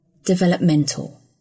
developmental